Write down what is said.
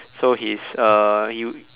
so he's uh you